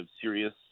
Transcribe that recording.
serious